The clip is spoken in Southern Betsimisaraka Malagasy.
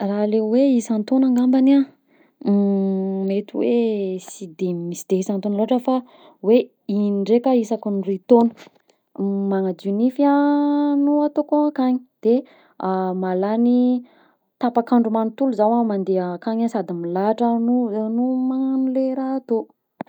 Raha le hoe isan-taogna ngambany an, mety hoe sy de misy de isan-taogna loatra fa hoe indraika isakiny roy taogna, magnadio nify a no ataoko akagny de mahalany tapakandro magnontolo zaho an mandeha akagny sady milahatra no m- no manao le raha ataoko.